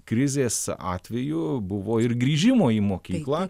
krizės atveju buvo ir grįžimo į mokyklą